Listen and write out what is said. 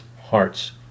hearts